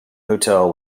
hotel